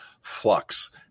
flux